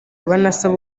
banasaba